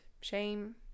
shame